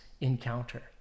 encounter